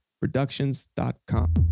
productions.com